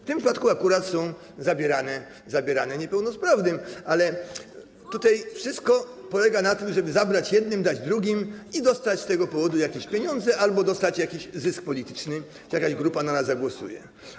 W tym przypadku akurat są zabierane niepełnosprawnym, ale tutaj wszystko polega na tym, żeby zabrać jednym, dać drugim i dostać z tego powodu jakieś pieniądze albo osiągnąć jakiś zysk polityczny, że jakaś grupa na nas zagłosuje.